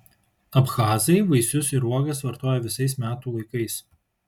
abchazai vaisius ir uogas vartoja visais metų laikais